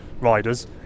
riders